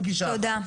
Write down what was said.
לא פגישה --- תודה.